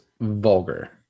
vulgar